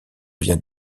vient